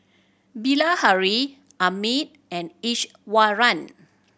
Bilahari Amit and Iswaran